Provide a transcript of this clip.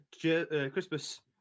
Christmas